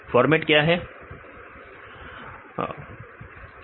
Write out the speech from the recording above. format क्या होता है